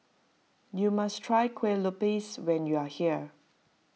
you must try Kuih Lopes when you are here